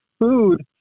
food